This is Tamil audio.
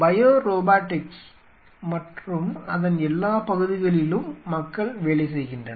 பயோ ரோபாட்டிக்ஸ் மற்றும் அதன் எல்லா பகுதிகளிலும் மக்கள் வேலை செய்கின்றனர்